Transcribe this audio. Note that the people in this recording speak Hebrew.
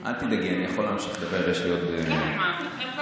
לכם זה לא משנה.